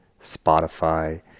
Spotify